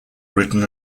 written